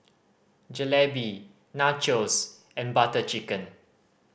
Jalebi Nachos and Butter Chicken